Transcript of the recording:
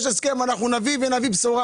יש הסכם, אנחנו נביא בשורה.